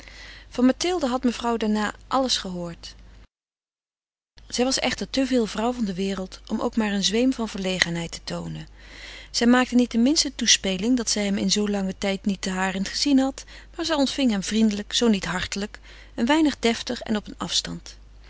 van mathilde had mevrouw daarna alles gehoord zij was echter te veel vrouw van de wereld om ook maar een zweem van verlegenheid te toonen zij maakte niet de minste toespeling dat zij hem in zoo langen tijd niet ten harent gezien had maar zij ontving hem vriendelijk zoo niet hartelijk een weinig deftig en op een afstand